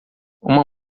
uma